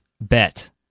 bet